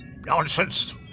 Nonsense